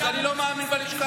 אז אני לא מאמין בלשכה